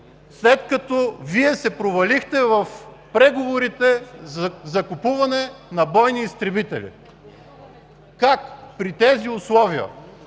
след като се провалихте в преговорите за закупуване на бойни изтребители? Как при тези условия?